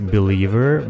Believer